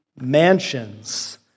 mansions